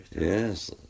Yes